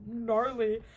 gnarly